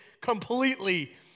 completely